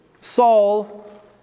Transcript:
Saul